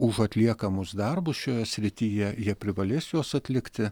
už atliekamus darbus šioje srityje jie privalės juos atlikti